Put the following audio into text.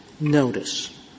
notice